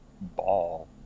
ball